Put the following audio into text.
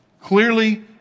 clearly